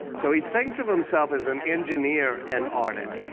so he thinks of himself as an engineer and artist.